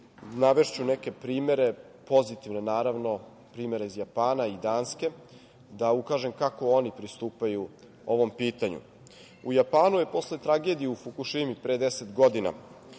Navešću neke primere, pozitivne, naravno, primere iz Japana i Danske da ukažem kako oni pristupaju ovom pitanju.U Japanu je posle tragedije u Fukušimi pre deset godina